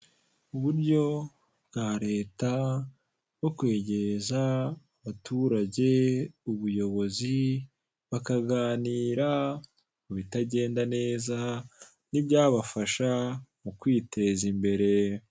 Uburyo bwa leta bwo kwegereza abaturage ubuyobozi, bakaganira ibitagenda neza, n'ibyabafasha mukwiteza imbere.